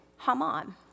Haman